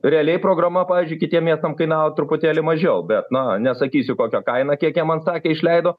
realiai programa pavyzdžiui kitiem miestam kainavo truputėlį mažiau bet na nesakysiu kokią kainą kiek jie man sakė išleido